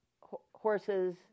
horses